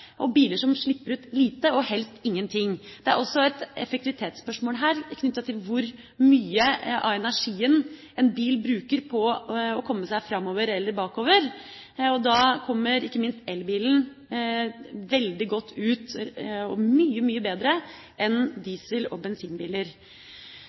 biler som bruker lite drivstoff, og som slipper ut lite og helst ingen ting. Det er også et effektivitetsspørsmål knyttet til hvor mye av energien en bil bruker på å komme seg framover eller bakover, og da kommer ikke minst elbilen veldig godt ut og mye, mye bedre enn